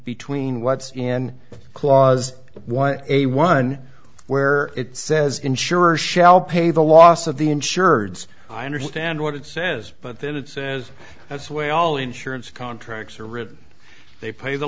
between what's in clause what a one where it says insurers shall pay the loss of the insurance i understand what it says but then it says that's where all insurance contracts are written they pay the